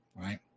right